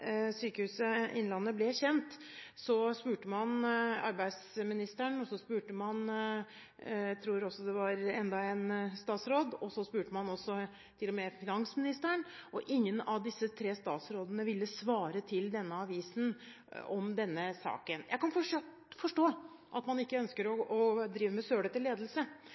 Sykehuset Innlandet ble kjent, spurte man arbeidsministeren. Så tror jeg man spurte en annen statsråd, og så spurte man til og med finansministeren. Ingen av disse tre statsrådene ville svare avisen i denne saken. Jeg kan forstå at man ikke ønsker å drive med sølete ledelse.